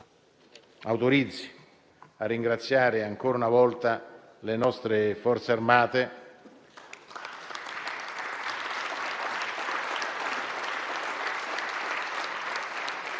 di ringraziare ancora una volta le nostre Forze armate